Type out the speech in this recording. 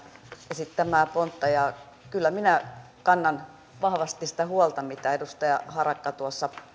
esittämää pontta kyllä minä kannan vahvasti sitä huolta mitä edustaja harakka tuossa